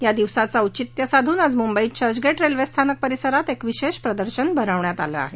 या दिवसाचं औचित्य साधून आज मुंबईत चर्चगेट रेल्वे स्थानक परिसरात एक विशेष प्रदर्शन भरवण्यात आलं आहे